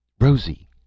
Rosie